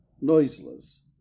noiseless